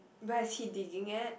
but is he digging it